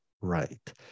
right